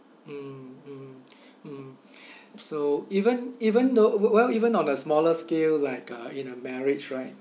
mm mm mm so even even though w~ well even on a smaller scale like uh in a marriage right